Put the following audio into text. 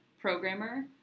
programmer